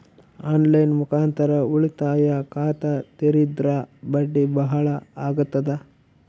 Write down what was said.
On line ಮುಖಾಂತರ ಉಳಿತಾಯ ಖಾತ ತೇರಿದ್ರ ಬಡ್ಡಿ ಬಹಳ ಅಗತದ?